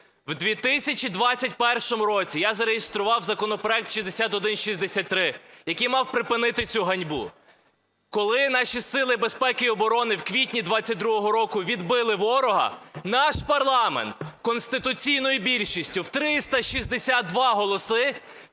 В 2021 році я зареєстрував законопроект 6163, який мав припинити цю ганьбу. Коли наші сили безпеки і оборони в квітні 22-го року відбили ворога, наш парламент конституційною більшістю в 362 голоси